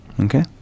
Okay